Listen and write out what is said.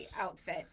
outfit